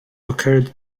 occurred